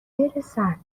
برسن